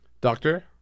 Doctor